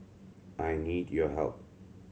I need your help